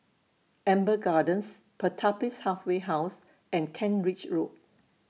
Amber Gardens Pertapis Halfway House and Kent Ridge Road